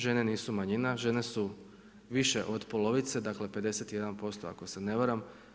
Žene nisu manjina, žene su više od polovice, dakle 51% ako se ne varam.